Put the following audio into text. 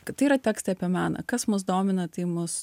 kad tai yra tekstai apie meną kas mus domina tai mus